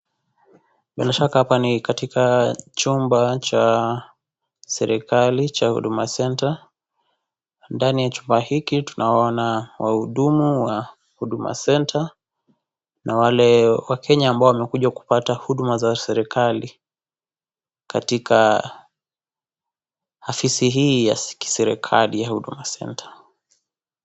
Bila shaka hapa ni katika chumba cha serekali cha Huduma Centre .Ndani ya chumba hiki tunawaona wahudumu wa Huduma Centre na wale wakenya ambao wamekuja kupata huduma za serekali katika afisi hii ya kiserekali ya Huduma Centre.